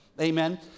Amen